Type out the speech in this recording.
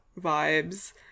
vibes